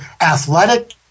athletic